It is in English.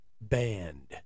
band